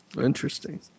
Interesting